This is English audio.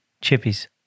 Chippies